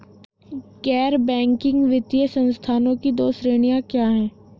गैर बैंकिंग वित्तीय संस्थानों की दो श्रेणियाँ क्या हैं?